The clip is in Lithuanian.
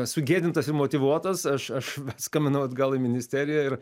sugėdintas ir motyvuotas aš aš skambinau atgal į ministeriją ir